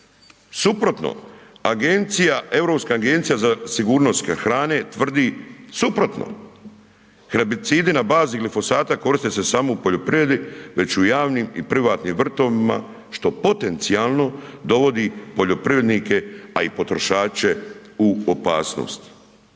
agencija, Europska agencija za sigurnost hrane tvrdi suprotno. Herbicidi na bazi glifosata koriste se samo u poljoprivredi već u javnim i privatnim vrtovima što potencijalno dovodi poljoprivrednike, a i potrošače u opasnost.